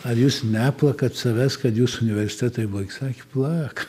ar jūs neplakat savęs kad jūsų universitetai blogi sakė plak